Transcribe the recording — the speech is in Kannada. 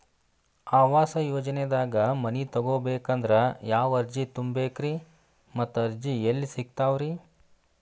ಆವಾಸ ಯೋಜನೆದಾಗ ಮನಿ ತೊಗೋಬೇಕಂದ್ರ ಯಾವ ಅರ್ಜಿ ತುಂಬೇಕ್ರಿ ಮತ್ತ ಅರ್ಜಿ ಎಲ್ಲಿ ಸಿಗತಾವ್ರಿ?